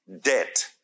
debt